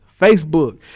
Facebook